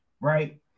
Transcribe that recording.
right